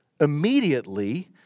immediately